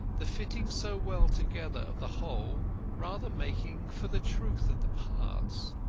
the fitting so well together of the whole rather making for the truth of the parts.